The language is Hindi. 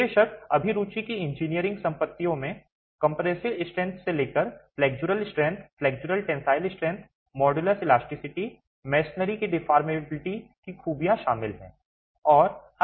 बेशक अभिरुचि की इंजीनियरिंग संपत्तियों में कंप्रेसिव स्ट्रेंथ से लेकर flexural strength flexural tensile strength modulus elasticity masonry की डिफॉर्मेबिलिटी की खूबियां शामिल हैं